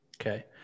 Okay